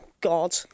God